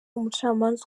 umucamanza